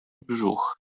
brzuch